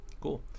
cool